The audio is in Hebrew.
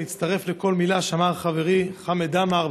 אני מצטרף לכל מילה שאמר חברי חמד עמאר.